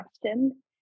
question